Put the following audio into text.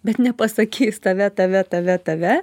bet nepasakys tave tave tave tave